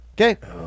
Okay